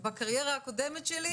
אם כולם עומדים על 20%,